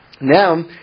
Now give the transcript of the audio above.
Now